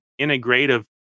integrative